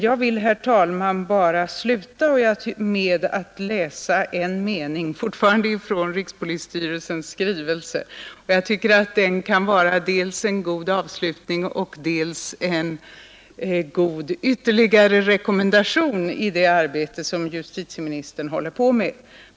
Jag vill, herr talman, sluta med att läsa en mening, fortfarande från rikspolisstyrelsens skrivelse. Jag tycker att den kan vara dels en god avslutning, dels en god ytterligare rekommendation i det arbete som justitieministern håller på med.